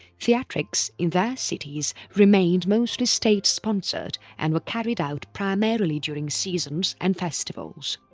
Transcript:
theatrics in their cities remained mostly state sponsored and were carried out primarily during seasons and festivals.